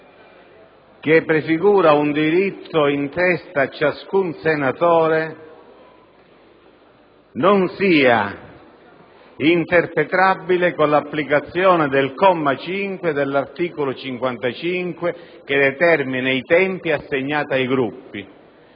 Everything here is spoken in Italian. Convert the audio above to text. che prefigura un diritto in testa a ciascun senatore, non sia interpretabile con l'applicazione del comma 5 dell'articolo 55, che determina i tempi da assegnare ai singoli